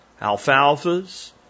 alfalfas